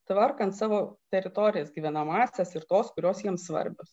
tvarkant savo teritorijas gyvenamąsias ir tos kurios jiems svarbios